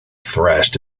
thrashed